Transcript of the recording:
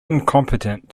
incompetent